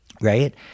Right